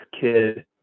kid